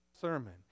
sermon